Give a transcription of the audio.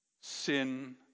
sin